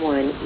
One